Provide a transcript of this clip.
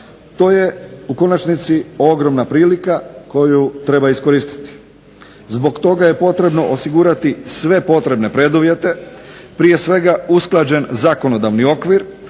To je u konačnici ogromna prilika koju treba iskoristiti. Zbog toga je potrebno osigurati sve potrebne preduvjete, prije svega usklađen zakonodavni okvir